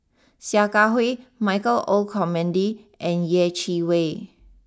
Sia Kah Hui Michael Olcomendy and Yeh Chi Wei